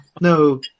No